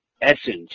essence